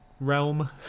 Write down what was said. realm